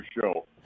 show